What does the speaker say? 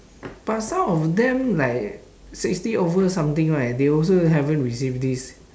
but some of them like sixty over something right they also haven't receive this